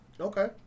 Okay